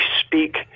speak